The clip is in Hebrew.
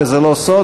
וזה לא סוד,